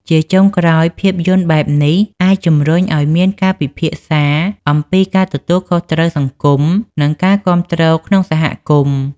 ជាចុងក្រោយ ភាពយន្តបែបនេះអាចជំរុញឲ្យមានការពិភាក្សាអំពីការទទួលខុសត្រូវសង្គម និងការគាំទ្រក្នុងសហគមន៍។